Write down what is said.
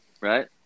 Right